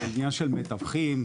עניין של מתווכים,